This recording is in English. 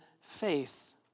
faith